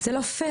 זה לא פייר,